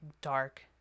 dark